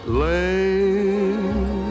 lane